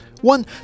one